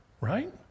right